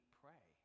pray